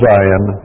Zion